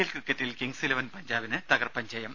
L ക്രിക്കറ്റിൽ Kings Eleven പഞ്ചാബിന് തകർപ്പൻ ജയം